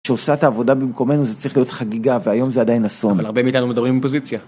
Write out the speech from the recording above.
כשעושה את העבודה במקומנו זה צריך להיות חגיגה, והיום זה עדיין אסון. אבל הרבה מאיתנו מדברים מפוזיציה.